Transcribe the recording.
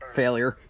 failure